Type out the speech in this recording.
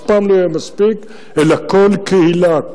אלא כל קהילה,